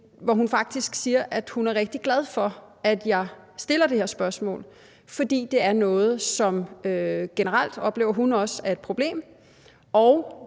siger faktisk, at hun er rigtig glad for, at jeg stiller det her spørgsmål, fordi det også er noget, som hun generelt oplever er et problem,